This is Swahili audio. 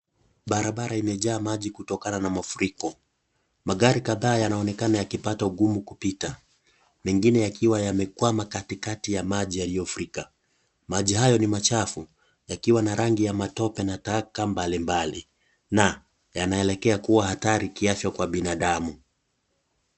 Barabara imejaa maji kutokana na mafuriko. Magari kadhaa yanaonekana yakipata ugumu kupita mengine yakiwa yamekwama katikati ya maji yaliyofurika. Maji hayo ni machafu, yakiwa na rangi ya matope na taka mbali mbali. Na, yanaelekea kuwa hatari kiafya kwa binadamu.